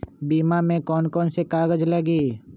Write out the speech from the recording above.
बीमा में कौन कौन से कागज लगी?